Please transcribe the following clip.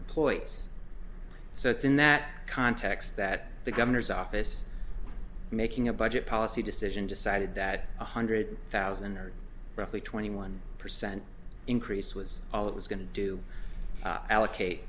employees so it's in that context that the governor's office making a budget policy decision decided that one hundred thousand or roughly twenty one percent increase was all it was going to do allocate